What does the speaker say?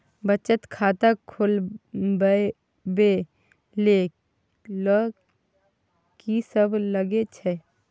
बचत खाता खोलवैबे ले ल की सब लगे छै?